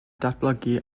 datblygu